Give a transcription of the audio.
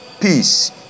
peace